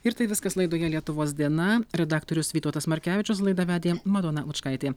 ir tai viskas laidoje lietuvos diena redaktorius vytautas markevičius laidą vedė madona lučkaitė